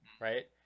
Right